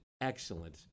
excellent